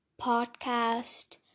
podcast